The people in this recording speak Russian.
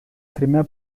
тремя